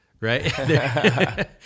right